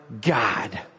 God